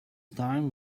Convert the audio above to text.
time